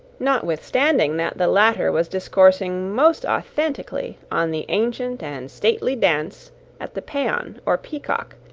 notwithstanding that the latter was discoursing most authentically on the ancient and stately dance at the paon, or peacock,